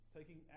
Taking